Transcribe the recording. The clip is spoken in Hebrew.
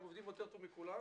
הם עובדים יותר טוב מכולם.